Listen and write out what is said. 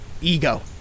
ego